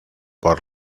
por